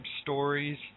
stories